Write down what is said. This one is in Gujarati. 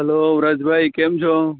હેલો વ્રજભાઈ કેમ છો